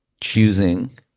choosing